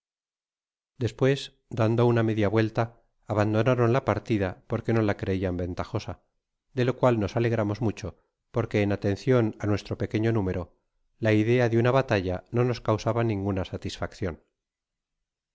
despues dando una media vuelta abandonaron la partida porque no la creian ventajosa de lo cual nos ale gramos mucho porque en atencion á nuestro pequeño número la idea de una batalla no nos causaba ninguna satisfacción